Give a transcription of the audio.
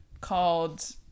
called